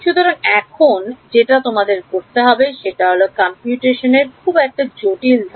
সুতরাং এখন যেটা তোমাদের করতে হবে সেটা হল গণনা এর খুব জটিল ধাপ